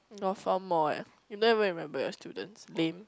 got four more eh you don't even remember your students' name